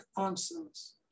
answers